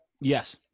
Yes